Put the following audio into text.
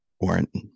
Warrant